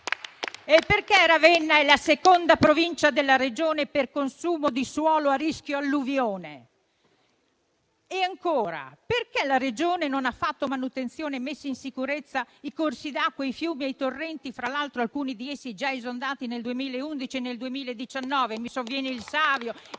E perché Ravenna è la seconda provincia della Regione per consumo di suolo a rischio alluvione? E ancora, perché la Regione non ha fatto manutenzione e messo in sicurezza i corsi d'acqua, i fiumi e i torrenti, alcuni dei quali, tra l'altro, già esondati nel 2011 e nel 2019, tra cui il Savio